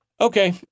okay